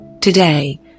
Today